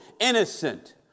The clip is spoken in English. innocent